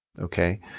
Okay